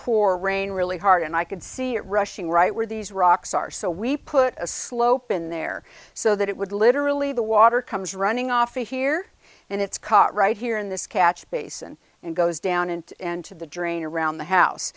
poor rain really hard and i could see it rushing right where these rocks are so we put a slope in there so that it would literally the water comes running off the here and it's caught right here in this catch basin and goes down and into the drain around the house